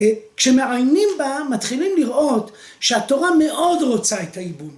‫כשמעיינים בה, מתחילים לראות ‫שהתורה מאוד רוצה את הייבום.